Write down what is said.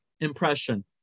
Impression